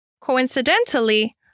Coincidentally